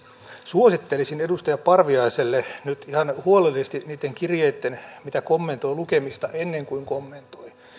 suosittelisin edustaja parviaiselle nyt ihan huolellisesti niitten kirjeitten mitä kommentoi lukemista ennen kuin kommentoi